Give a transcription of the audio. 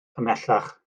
ymhellach